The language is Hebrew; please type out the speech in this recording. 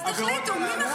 אל תפנה אליי.